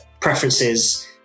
preferences